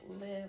live